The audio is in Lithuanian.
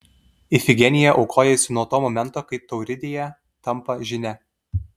ifigenija aukojasi nuo to momento kai tauridėje tampa žyne